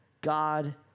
God